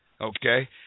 Okay